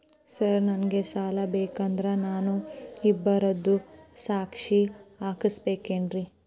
Sir ನನಗೆ ಸಾಲ ಬೇಕಂದ್ರೆ ನಾನು ಇಬ್ಬರದು ಸಾಕ್ಷಿ ಹಾಕಸಬೇಕೇನ್ರಿ?